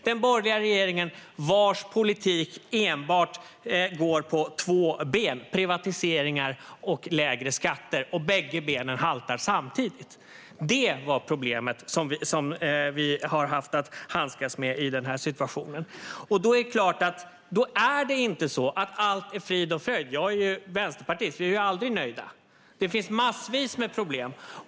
Den borgerliga regeringens politik går på enbart två ben - privatiseringar och lägre skatter - och bägge benen haltar samtidigt. Detta är det problem som vi har haft att handskas med i denna situation. Då är inte allt frid och fröjd. Jag är vänsterpartist, och vi är ju aldrig nöjda. Det finns massvis med problem.